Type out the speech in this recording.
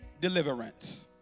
deliverance